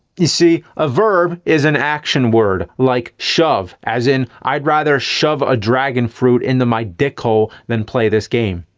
you see a verb is an action word, like shove, as in i'd rather shove a dragonfruit into my dickhole than play this game.